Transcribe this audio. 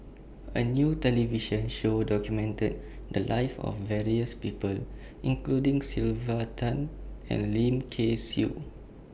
A New television Show documented The Lives of various People including Sylvia Tan and Lim Kay Siu